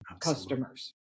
customers